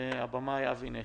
לבמאי אבי נשר.